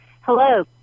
Hello